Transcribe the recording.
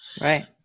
Right